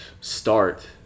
start